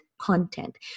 content